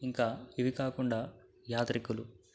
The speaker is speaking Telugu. ఇంకా ఇవి కాకుండా యాత్రికులు